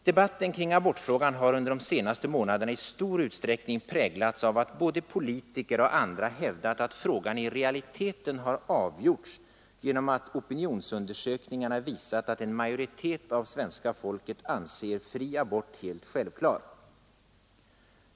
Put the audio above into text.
Debatten kring abortfrågan under de senaste månaderna har i stor utsträckning präglats av att både politiker och andra hävdat att frågan i realiteten har avgjorts genom att opinionsundersökningar visat att en majoritet av svenska folket anser fri abort helt självklar.